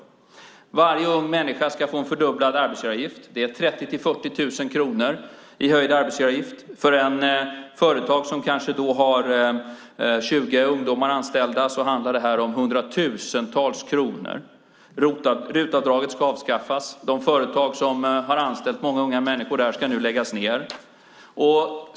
För varje ung människa ska man betala en fördubblad arbetsgivaravgift. Det är 30 000-40 000 kronor i höjd arbetsgivaravgift. För ett företag som har 20 ungdomar anställda handlar det här om hundratusentals kronor. RUT-avdraget ska avskaffas. De företag som har anställt många unga människor ska nu läggas ned.